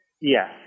Yes